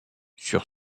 sur